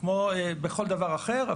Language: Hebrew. כמו בכל דבר אחר.